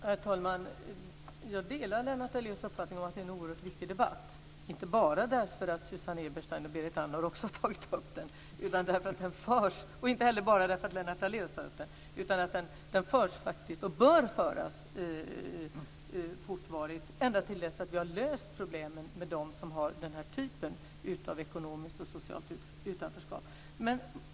Herr talman! Jag delar Lennart Daléus uppfattning om att det är en oerhört viktig debatt - inte bara därför att Susanne Eberstein och Berit Andnor också har tagit upp den, och inte heller bara därför att Lennart Daléus tar upp den, utan därför att den förs och bör föras fortvarigt ända tills dess att vi har löst problemen med denna typ av ekonomiskt och socialt utanförskap.